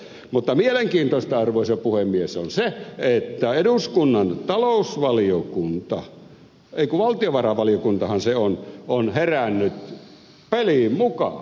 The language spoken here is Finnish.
mutta mielenkiintoista arvoisa puhemies on se että eduskunnan valtiovarainvaliokunta on herännyt peliin mukaan